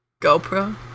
GoPro